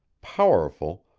powerful,